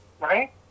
Right